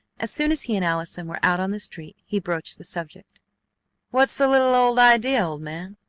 as soon as he and allison were out on the street he broached the subject what's the little old idea, old man?